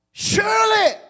Surely